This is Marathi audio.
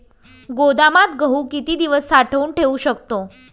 गोदामात गहू किती दिवस साठवून ठेवू शकतो?